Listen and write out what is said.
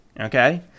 Okay